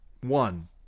one